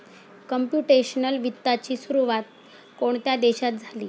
Computational वित्ताची सुरुवात कोणत्या देशात झाली?